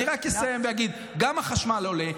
אני רק אסיים ואגיד: גם החשמל עולה,